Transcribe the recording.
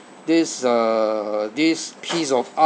this uh this piece of uh